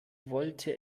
wollte